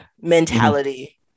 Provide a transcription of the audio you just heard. mentality